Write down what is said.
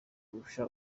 kurusha